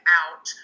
out